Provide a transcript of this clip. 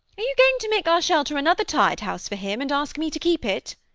are you going to make our shelter another tied house for him, and ask me to keep it?